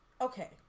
Okay